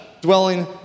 dwelling